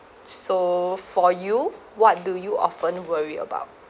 so for you what do you often worry about